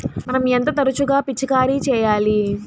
మనం ఎంత తరచుగా పిచికారీ చేయాలి?